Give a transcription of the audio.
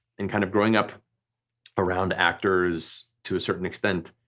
and kind of growing up around actors to a certain extent,